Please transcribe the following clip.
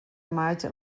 maig